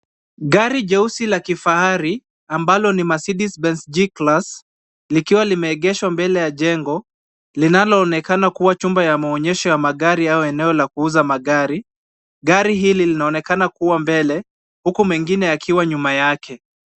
Gai jeusi la kifahari ambalo ni Mercedes Benz G Class, likiwa limeegeshwa mbele ya jengo, linaloonekana kuwa chumba la maonyesho au eneo la kuuza magari. Gari hili linaonekana kuwa mbele huku mengine yakiwa nyuma yake.